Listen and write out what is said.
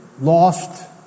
lost